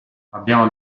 abbiamo